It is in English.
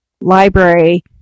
library